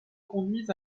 conduisent